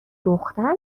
دختر